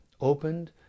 opened